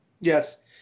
Yes